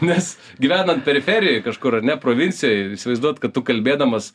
nes gyvenant periferijoj kažkur ar ne provincijoj įsivaizduot kad tu kalbėdamas